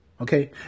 Okay